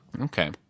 Okay